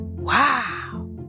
Wow